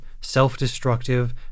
self-destructive